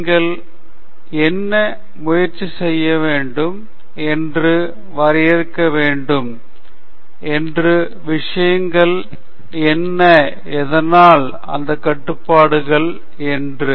நீங்கள் என்ன முயற்சி செய்ய வேண்டும் என்று வரையறுக்க வேண்டும் என்று விஷயங்கள் என்ன எதனால் அந்த கட்டுப்பாடுகள் என்றும்